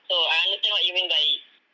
so I understand what you mean by